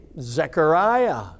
Zechariah